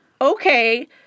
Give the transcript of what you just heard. Okay